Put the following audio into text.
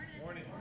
Morning